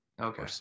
okay